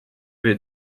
vais